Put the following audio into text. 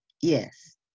yes